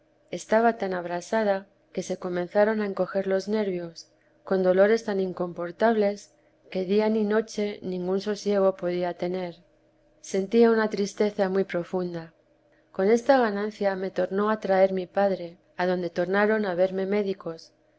estaba tan abrasada que se comenzaron a encoger los nervios con dolores tan incomportables que día ni noche ningún sosiego podía tener sentía una tristeza muy profunda con esta ganancia me tornó a traer mi padre adonde tornaron a verme médicos